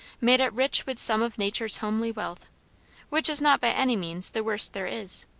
made it rich with some of nature's homely wealth which is not by any means the worst there is.